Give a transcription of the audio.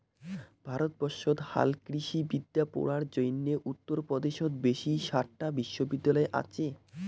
ভারতবর্ষত হালকৃষিবিদ্যা পড়ার জইন্যে উত্তর পদেশত বেশি সাতটা বিশ্ববিদ্যালয় আচে